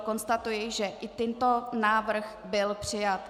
Konstatuji, že i tento návrh byl přijat.